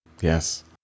Yes